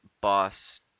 boss